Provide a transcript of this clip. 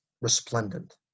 resplendent